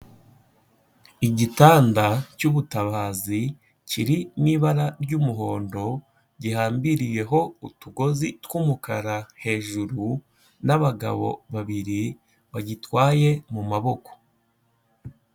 Igitanda cyubutabazi kiri mu ibara ry'umuhondo gihambiriyeho utugozi tw'umukara hejuru n'abagabo babiri bagitwaye mu maboko.